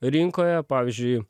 rinkoje pavyzdžiui